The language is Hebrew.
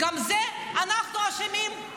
גם בזה אנחנו אשמים?